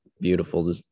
beautiful